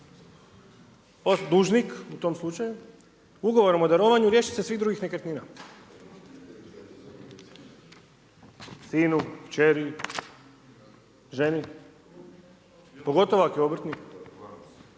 dužnik u tom slučaju ugovorom o darovanju riješi se svih drugih nekretnina? Sinu, kćeri, ženi, pogotovo ako je obrtnik,